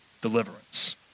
deliverance